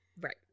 right